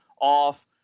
off